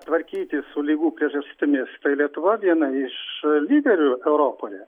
tvarkytis su ligų priežastimis tai lietuva viena iš lyderių europoje